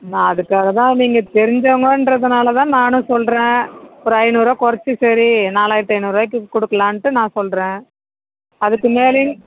நான் அதுக்காக தான் நீங்கள் தெரிஞ்சவங்கன்றதுனால தான் நானும் சொல்லுறேன் ஒரு ஐந்நூறுரூவா குறச்சி சரி நாலாயிரத்து ஐந்நூறுவாய்க்கு கொடுக்கலான்ட்டு நான் சொல்லுறேன் அதுக்கு மேலேயும்